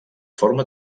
forma